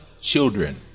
children